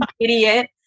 idiot